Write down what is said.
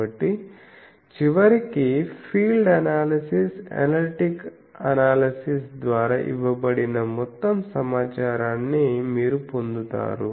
కాబట్టి చివరికి field analysis analytic analysis ద్వారా ఇవ్వబడిన మొత్తం సమాచారాన్ని మీరు పొందుతారు